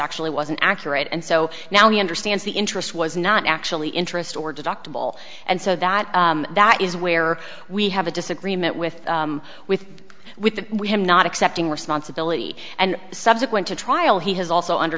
actually wasn't accurate and so now he understands the interest was not actually interest or deductible and so that that is where we have a disagreement with with with that we have not accepting responsibility and subsequent to trial he has also